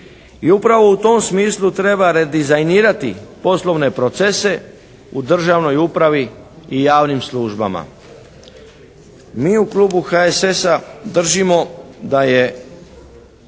I upravo u tom smislu treba redizajnirati poslovne procese u državnoj upravi i javnim službama. Mi u klubu HSS-a držimo da je